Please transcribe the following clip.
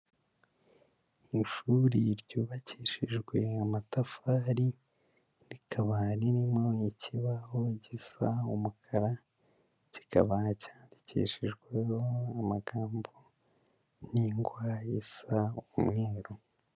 Ishuri ryubakishijwe amatafari rikaba ririmo ikibaho gisa umukara, kikaba cyandikishijweho amagambo n'ingwa isa umweru.